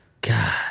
God